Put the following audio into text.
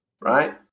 right